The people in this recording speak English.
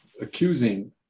accusing